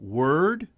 word